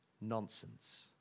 Nonsense